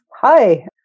Hi